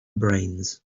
brains